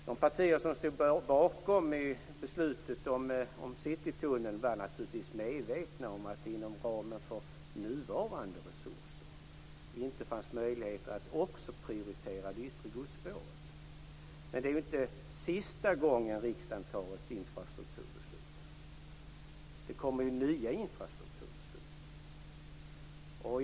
De partier som står bakom beslutet om Citytunneln var naturligtvis medvetna om att det inom ramen för nuvarande resurser inte var möjligt att också prioritera det yttre godsspåret. Men det här är inte sista gången riksdagen fattar beslut om infrastruktur. Det kommer ju nya beslut om infrastruktur.